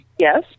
Yes